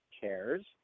cares